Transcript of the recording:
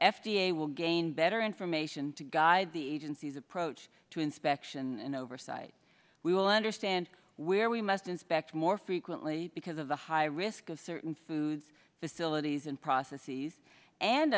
a will gain better and for me nation to guide the agency's approach to inspection and oversight we will understand where we must inspect more frequently because of the high risk of certain foods facilities and processes and